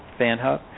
FanHub